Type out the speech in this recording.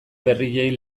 berriei